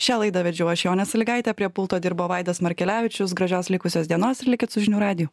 šią laidą vedžiau aš jonė sąlygaitė prie pulto dirbo vaidas markelevičius gražios likusios dienos ir likit su žinių radiju